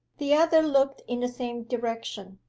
the other looked in the same direction.